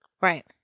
Right